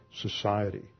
Society